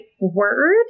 word